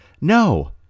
No